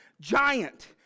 giant